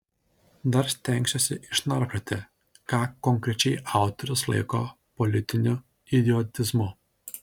dar stengsiuosi išnarplioti ką konkrečiai autorius laiko politiniu idiotizmu